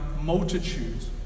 multitudes